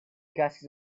gases